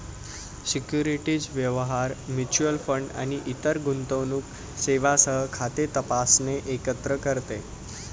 securities व्यवहार, mutual fund आणि इतर गुंतवणूक सेवांसह खाते तपासणे एकत्र करते